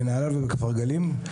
בכפר גלים,